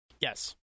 yes